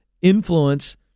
Influence